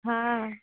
हँ